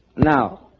now